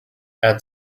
add